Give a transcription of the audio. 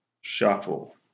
shuffle